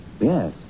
Yes